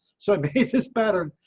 so this pattern,